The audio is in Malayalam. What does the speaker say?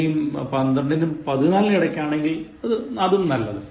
ഇനിയും 12നും 14നും ഇടക്കാനെങ്കിൽ നല്ലത്